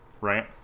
right